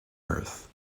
earth